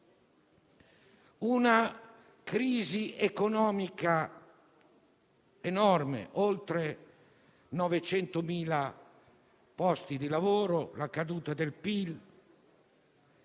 una crisi economica enorme con oltre 900.000 posti di lavoro persi e la caduta del PIL